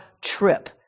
trip